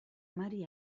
mary